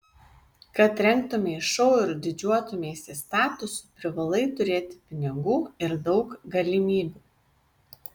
kad rengtumei šou ir didžiuotumeisi statusu privalai turėti pinigų ir daug galimybių